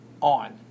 on